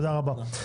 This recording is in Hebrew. תודה רבה.